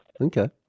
Okay